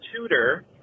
tutor